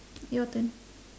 your turn